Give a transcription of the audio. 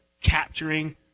capturing